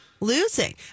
losing